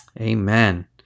amen